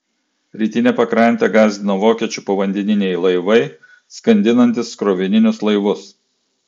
rytinę pakrantę gąsdino vokiečių povandeniniai laivai skandinantys krovininius laivus